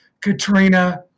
Katrina